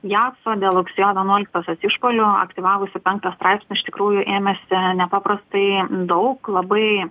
jaf dėl rugsėjo vienoliktosios išpuolio aktyvavosi penktą straipsnį iš tikrųjų ėmėsi nepaprastai daug labai